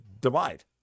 divide